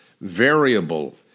variable